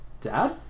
Dad